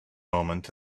moment